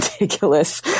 ridiculous